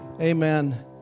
amen